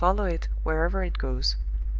and follow it wherever it goes.